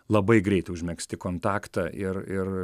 labai greitai užmegzti kontaktą ir ir